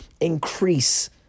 increase